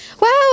wow